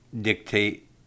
dictate